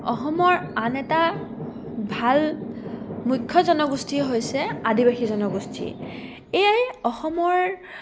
অসমৰ আন এটা ভাল মুখ্য জনগোষ্ঠীয়ে হৈছে আদিবাসী জনগোষ্ঠী এয়াই অসমৰ